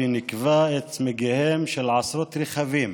ניקבה את צמיגיהם של עשרות רכבים